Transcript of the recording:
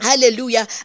hallelujah